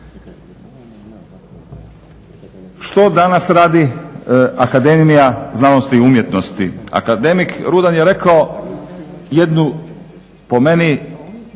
Što danas radi akademija znanosti i umjetnosti? Akademik Rudan je rekao jednu po meni